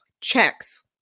checks